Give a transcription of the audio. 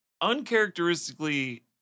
uncharacteristically